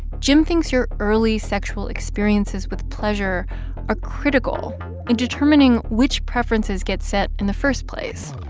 jim thinks your early sexual experiences with pleasure are critical in determining which preferences get set in the first place